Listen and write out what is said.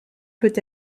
peut